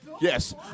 Yes